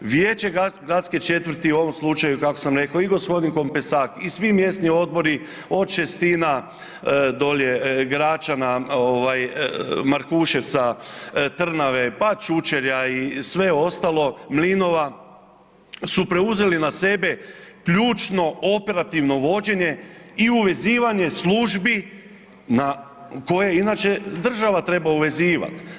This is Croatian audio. Vijeće gradske četvrti, u ovom slučaju kako sam rekao i g. Kompesak i svi mjesni odbori od Šestina dolje Gračana ovaj Markuševca, Trnave, pa Čučerja i sve ostalo, Mlinova su preuzeli na sebe ključno operativno vođenje i uvezivanje službi na, koje inače država treba uvezivat.